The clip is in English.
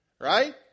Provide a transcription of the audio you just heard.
Right